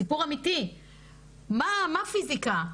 סיפור אמיתי מה פיזיקה?